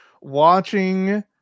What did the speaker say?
watching